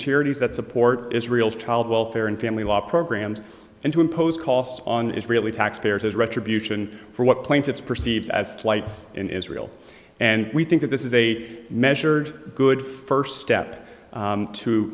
charities that support israel's child welfare and family law programs and to impose costs on israeli taxpayers as retribution for what points it's perceived as flights in israel and we think that this is a measured good first step